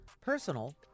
personal